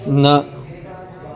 न